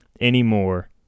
anymore